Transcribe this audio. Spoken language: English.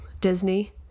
Disney